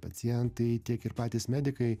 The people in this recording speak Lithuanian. pacientai tiek ir patys medikai